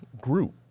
group